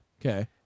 Okay